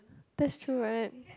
that's true [what]